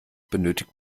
benötigt